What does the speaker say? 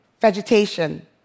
vegetation